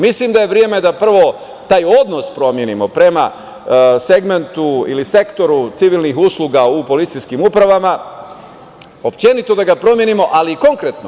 Mislim da je vreme da, prvo, taj odnos promenimo prema segmentu ili sektoru civilnih usluga u policijskim uprava, uopšte da ga promenimo, ali i konkretno.